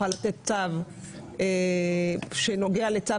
רשם ההוצאה לפועל יוכל לתת צו שנוגע לצו